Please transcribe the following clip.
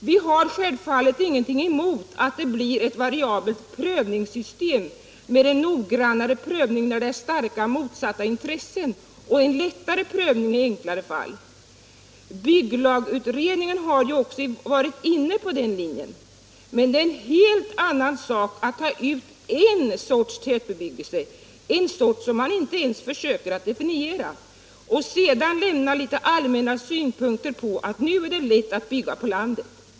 Vi har självfallet ingenting emot att det blir ett variabelt prövningssystem med en noggrannare prövning när det är starka motsatta intressen och en lättare prövning i enklare fall. Bygglagutredningen har också varit inne på den linjen. Men det är en helt annan sak att ta ut en sorts tätbebyggelse, en sort som man inte ens försöker definiera, och sedan anföra allmänna synpunkter om att det nu är lätt att bygga på landet.